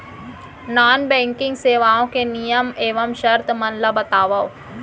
non banking सेवाओं के नियम एवं शर्त मन ला बतावव